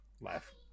laugh